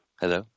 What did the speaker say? Hello